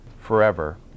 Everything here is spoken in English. forever